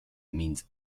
means